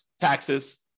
taxes